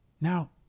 Now